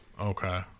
Okay